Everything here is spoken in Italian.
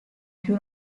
più